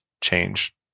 change